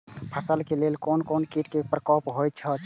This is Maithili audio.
फसल के लेल कोन कोन किट के प्रकोप होयत अछि?